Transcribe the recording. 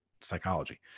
psychology